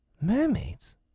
Mermaids